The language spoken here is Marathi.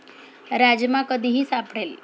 राजमा कधीही सापडेल